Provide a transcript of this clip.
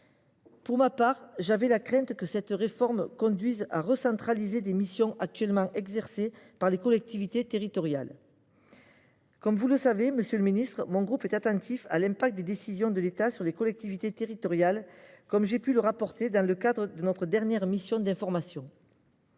Pour ma part, j’avais la crainte que cette réforme ne conduise à recentraliser des missions actuellement exercées par les collectivités territoriales. Comme vous le savez, monsieur le ministre, leRDSE est attentif aux conséquences des décisions de l’État sur les collectivités locales, comme j’ai pu le rapporter dans le cadre de la mission d’information